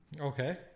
Okay